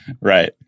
Right